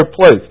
place